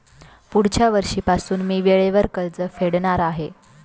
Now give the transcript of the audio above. पुढच्या वर्षीपासून मी वेळेवर कर्ज फेडणार आहे